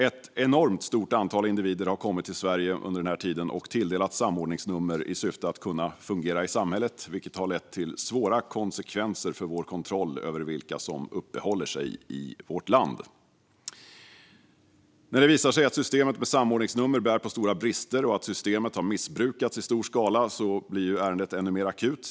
Ett enormt stort antal individer har kommit till Sverige under denna tid och tilldelats samordningsnummer i syfte att de ska kunna fungera i samhället, vilket har lett till svåra konsekvenser för vår kontroll över vilka som uppehåller sig i vårt land. När det visar sig att systemet med samordningsnummer bär på stora brister och att systemet har missbrukats i stor skala blir ärendet ännu mer akut.